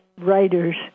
writers